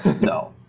no